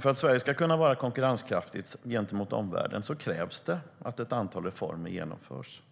För att Sverige ska kunna vara konkurrenskraftigt gentemot omvärlden krävs det att ett antal reformer genomförs.